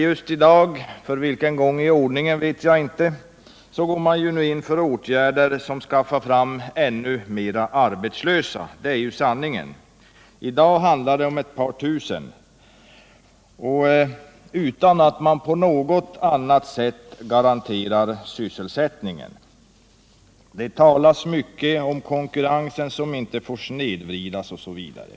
Just i dag — för vilken gång i ordningen vet jag inte — går man in för åtgärder för att skaffa fram ännu flera arbetslösa. Det är ju sanningen. I dag handlar det om ett par tusen, utan att sysselsättningen garanteras på något annat sätt. Det talas mycket om konkurrensen, som inte får snedvridas osv.